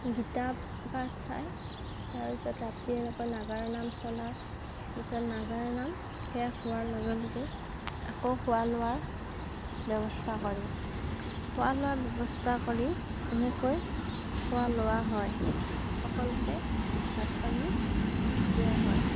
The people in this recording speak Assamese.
গীতা পাঠ চায় তাৰপিছত ৰাতি এনেকৈ নাগাৰা নাম চলা পিছত নাগাৰা নাম শেষ হোৱাৰ লগে লগে আকৌ খোৱা লোৱাৰ ব্যৱস্থা কৰি খোৱা লোৱাৰ ব্যৱস্থা কৰি এনেকৈ খোৱা লোৱা হয় সকলোকে ভাত পানী দিয়া হয়